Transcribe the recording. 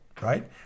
right